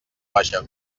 vaja